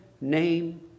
name